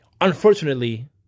Unfortunately